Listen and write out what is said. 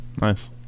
nice